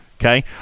Okay